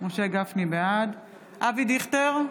אבי דיכטר,